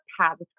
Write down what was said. paths